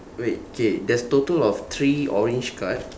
wait okay there is total of three orange card